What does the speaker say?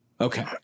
Okay